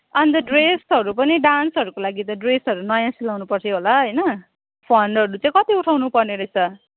अन्त ड्रेसहरू पनि डान्सहरूको लागि त ड्रेसहरू नयाँ सिलाउन पर्थ्यो होला होइन फन्डहरू चाहिँ कति उठाउन पर्नेरहेछ